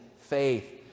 faith